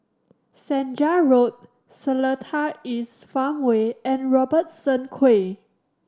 Senja Road Seletar East Farmway and Robertson Quay